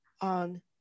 on